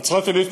נצרת-עילית,